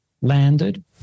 landed